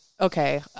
Okay